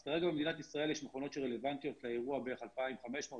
אז כרגע במדינת ישראל יש בערך 2,500,